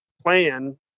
plan